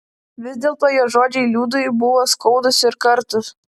vis dėlto jo žodžiai liudui buvo skaudūs ir kartūs